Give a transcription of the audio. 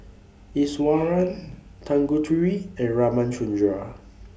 Iswaran Tanguturi and Ramchundra